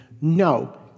No